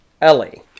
Ellie